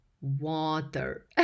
water